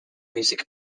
music